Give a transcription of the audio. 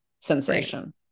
sensation